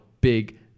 big